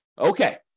Okay